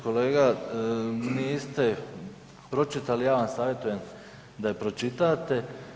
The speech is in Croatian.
Kolega, niste pročitali, ja vam savjetujem da je pročitate.